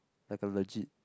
like a legit